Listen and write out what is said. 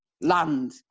land